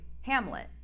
Hamlet